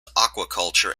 aquaculture